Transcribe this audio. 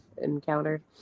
encountered